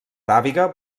aràbiga